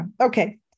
Okay